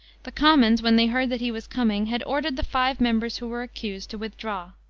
the commons, when they heard that he was coming, had ordered the five members who were accused to withdraw.